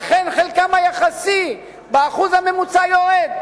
ולכן חלקם היחסי באחוז הממוצע יורד.